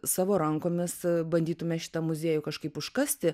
savo rankomis bandytume šitą muziejų kažkaip užkasti